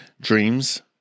dreams